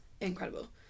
incredible